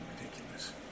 ridiculous